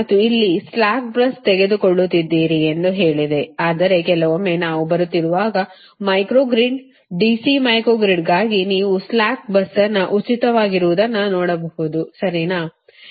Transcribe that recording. ಮತ್ತು ಇಲ್ಲಿ ಇದನ್ನು ಸ್ಲಾಕ್ bus ತೆಗೆದುಕೊಳ್ಳುತ್ತಿದ್ದೀರಿ ಎಂದು ಹೇಳಿದೆ ಆದರೆ ಕೆಲವೊಮ್ಮೆ ನಾವು ಬರುತ್ತಿರುವಾಗ ಮೈಕ್ರೋ ಗ್ರಿಡ್ ಡಿಸಿ ಮೈಕ್ರೋ ಗ್ರಿಡ್ಗಾಗಿ ನಿಮ್ಮ ಸ್ಲಾಕ್ bus ಉಚಿತವಾಗಿರುವುದನ್ನು ನೋಡಬಹುದು ಸರಿನಾ